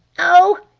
oh,